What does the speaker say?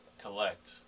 collect